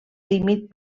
límit